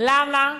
למה?